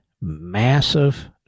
massive